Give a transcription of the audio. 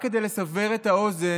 רק כדי לסבר את האוזן,